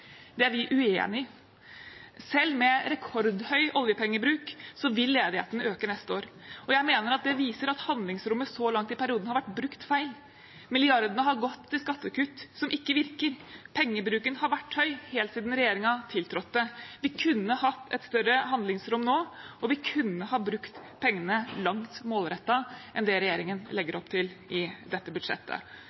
Det er vi uenig i. Selv med rekordhøy oljepengebruk vil ledigheten øke neste år. Jeg mener at det viser at handlingsrommet så langt i perioden har vært brukt feil. Milliardene har gått til skattekutt som ikke virker. Pengebruken har vært høy helt siden regjeringen tiltrådte. Vi kunne hatt et større handlingsrom nå, og vi kunne ha brukt pengene langt mer målrettet enn det regjeringen legger opp til i dette budsjettet.